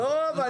אבל לא עכשיו.